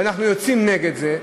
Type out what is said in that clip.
ואנחנו יוצאים נגד זה,